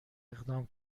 اقدام